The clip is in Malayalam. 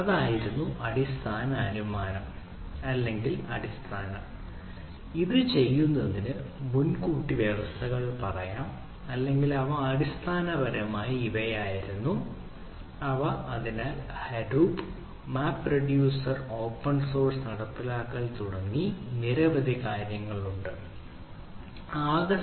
അതായിരുന്നു അടിസ്ഥാന അനുമാനം അല്ലെങ്കിൽ അടിസ്ഥാനം ഇത് ചെയ്യുന്നതിന് മുൻകൂട്ടി വ്യവസ്ഥകൾ പറയാം അല്ലെങ്കിൽ അടിസ്ഥാനപരമായി ഇവയായിരുന്നു അവ ഏറ്റെടുത്തത്